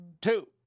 two